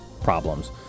problems